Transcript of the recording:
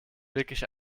wirklich